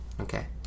okay